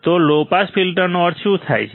તો low pass ફિલ્ટરનો અર્થ શું થાય છે